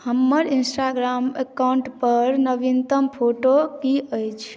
हमर इंस्टाग्राम अकाउंटपर नवीनतम फोटो की अछि